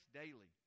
daily